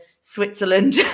Switzerland